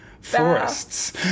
forests